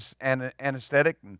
anesthetic